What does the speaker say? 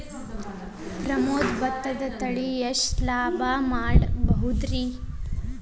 ಪ್ರಮೋದ ಭತ್ತದ ತಳಿ ಎಷ್ಟ ಲಾಭಾ ಮಾಡಬಹುದ್ರಿ?